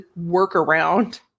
workaround